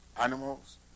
animals